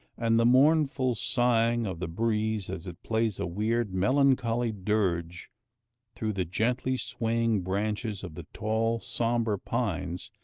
and the mournful sighing of the breeze as it plays a weird, melancholy dirge through the gently swaying branches of the tall, sombre pines,